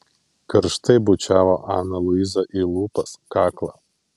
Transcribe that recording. karštai bučiavo aną luizą į lūpas kaklą